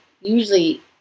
usually